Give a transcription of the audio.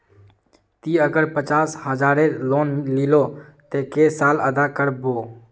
ती अगर पचास हजारेर लोन लिलो ते कै साले अदा कर बो?